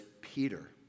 Peter